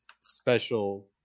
special